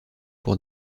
cours